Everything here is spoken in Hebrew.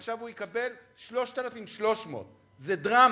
עכשיו הוא יקבל 3,300. זה דרמה,